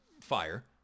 fire